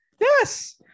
Yes